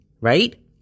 right